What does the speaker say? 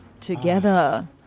together